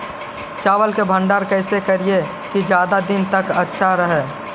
चावल के भंडारण कैसे करिये की ज्यादा दीन तक अच्छा रहै?